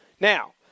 Now